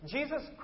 Jesus